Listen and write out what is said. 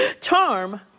charm